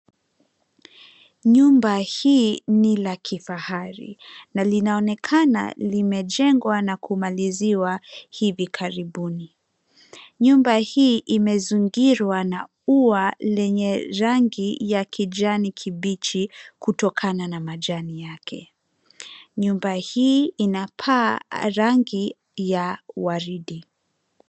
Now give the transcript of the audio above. Nyumba hii ni la kifahari na linaonekana limejengwa na kumaliziwa hivi karibuni. Nyumba hii imezingirwa na ua lenye rangi ya kijani kibichi kutokana na majani yake. Nyumba hii ina paa, rangi ya waridi.